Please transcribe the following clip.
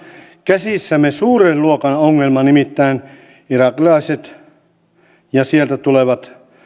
käsissämme suuren luokan ongelma nimittäin irakilaiset ja sieltä tulevat